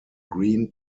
green